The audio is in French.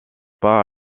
pas